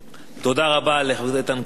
תודה רבה לחבר הכנסת איתן כבל.